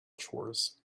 chores